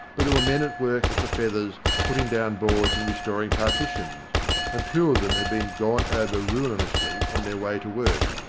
but there were men at work at the feathers, putting down boards and restoring partitions and two of them had been gone over ruinously on their way to work,